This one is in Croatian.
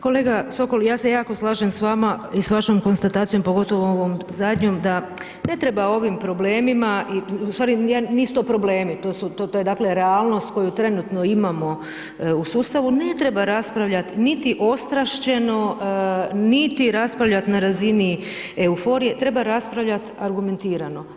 Kolega Sokol ja se jako slažem s vama i s vašom konstatacijom pogotovo ovom zadnjom da ne treba o ovim problemima, u stvari nisu to problemi to je dakle realnost koju trenutno imamo u sustavu ne treba raspravljat niti ostrašćeno, niti raspravljat na razini euforije, treba raspravljat argumentirano.